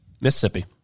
Mississippi